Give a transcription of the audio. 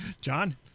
John